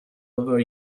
over